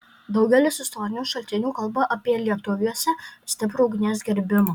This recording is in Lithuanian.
daugelis istorinių šaltinių kalba apie lietuviuose stiprų ugnies gerbimą